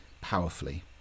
powerfully